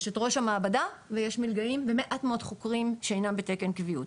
יש את ראש המעבדה ויש מלגאים ומעט מאוד חוקרים שהינם בתקן קביעות.